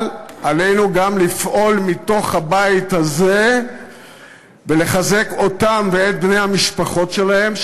אבל עלינו גם לפעול מתוך הבית הזה ולחזק אותם ואת בני המשפחות שלהם,